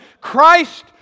Christ